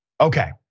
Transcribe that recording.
Okay